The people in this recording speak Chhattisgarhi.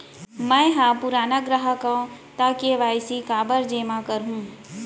मैं ह पुराना ग्राहक हव त के.वाई.सी काबर जेमा करहुं?